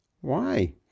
Why